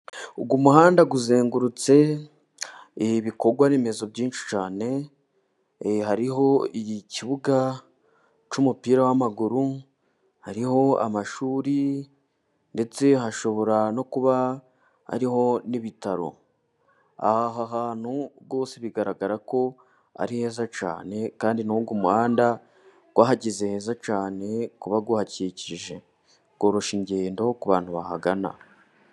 Uyu muhanda uzengurutse ibi bikorwa remezo byinshi cyane : hariho ikibuga cy'umupira w'amaguru, hariho amashuri ndetse hashobora no kuba hariho n'ibitaro. Aha hantu rwose bigaragara ko ari heza cyane kandi n' umuhanda wahagize heza cyane ku kaba uhakikije. Umuhanda woroshya ingendo, ku bantu bahagana.